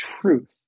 truth